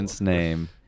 name